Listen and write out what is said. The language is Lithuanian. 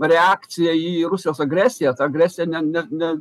reakcija į rusijos agresiją ta agresija ne ne ne